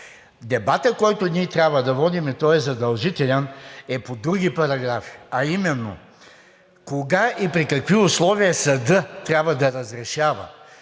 Дебатът, който ние трябва да водим и той е задължителен, е по други параграфи, а именно: кога и при какви условия съдът трябва да разрешава;